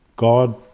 God